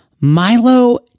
Milo